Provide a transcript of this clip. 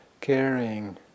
caring